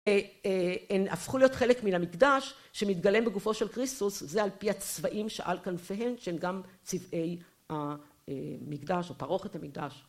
הם הפכו להיות חלק מן המקדש שמתגלם בגופו של כריסטוס, זה על פי הצבעים שעל כנפיהם, שהם גם צבעי המקדש, או פרוכת המקדש.